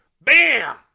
bam